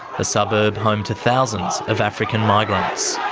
a suburb home to thousands of african migrants.